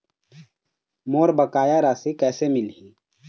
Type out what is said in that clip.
मोर बकाया राशि कैसे मिलही?